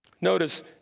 Notice